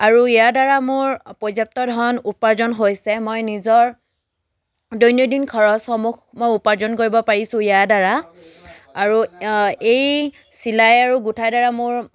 আৰু ইয়াৰ দ্বাৰা মোৰ পৰ্যাপ্ত ধণ উপাৰ্জন হৈছে মই নিজৰ দৈনন্দিন খৰচসমূহ মই উপাৰ্জন কৰিব পাৰিছো ইয়াৰ দ্বাৰা আৰু এই চিলাই আৰু গোঁঠাই দ্বাৰা মোৰ